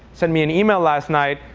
sent me an email last night,